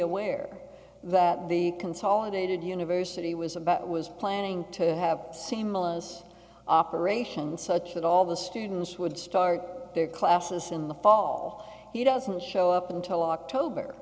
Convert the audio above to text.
aware that the consolidated university was about was planning to have similar as operation such that all the students would start their classes in the fall he doesn't show up until october